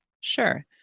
Sure